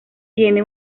tiene